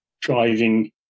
driving